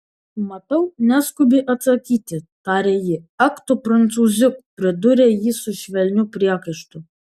matau neskubi atsakyti tarė ji ak tu prancūziuk pridūrė ji su švelniu priekaištu